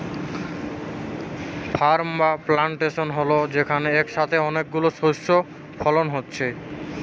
farm বা plantation হল যেখানে একসাথে অনেক গুলো শস্য ফলন হচ্ছে